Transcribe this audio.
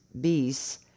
beasts